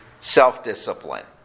self-discipline